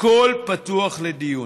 הכול פתוח לדיון,